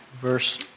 verse